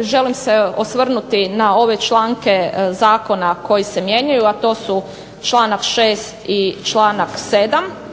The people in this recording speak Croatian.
želim se osvrnuti na ove članke zakona koji se mijenjaju, a to su članak 6. i članak 7.